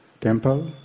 temple